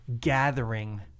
gathering